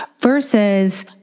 versus